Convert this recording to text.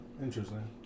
Interesting